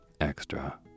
extra